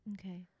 Okay